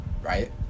right